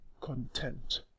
content